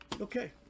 okay